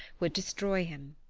would destroy him.